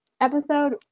episode